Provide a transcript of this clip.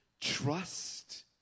Trust